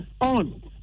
on